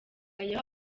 aya